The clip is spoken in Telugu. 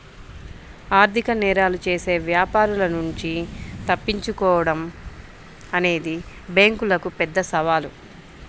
ఆర్థిక నేరాలు చేసే వ్యాపారుల నుంచి తప్పించుకోడం అనేది బ్యేంకులకు పెద్ద సవాలు